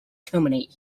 terminate